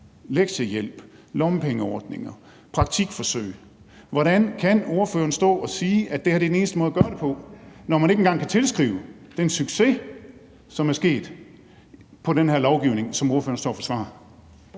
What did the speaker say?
lektiehjælp, lommepengeordninger, praktikforsøg. Hvordan kan ordføreren stå og sige, at det her er den eneste måde at gøre det på, når den succes, der er opnået, ikke engang kan tilskrives den lovgivning, som ordføreren står og forsvarer?